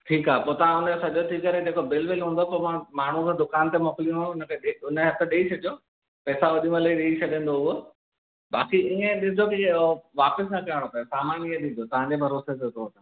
ठीकु आहे पोइ तव्हां हुनजो सॼो थी करे जेको बिल विल हूंदो पोइ मां माण्हूअ खे दुकान ते मोकिलींदोमांव उनखे उनजे हथु ॾई छॾु जो पैसा ओॾीमहिल ई ॾई छॾींदो उहो बाक़ी ईअं ॾिसजो की जीअं वापसि न करणो पए सामान ईअं ॾिजो तव्हांजे भरोसे थिए अथव